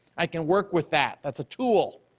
i can work with that, that's a tool.